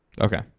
Okay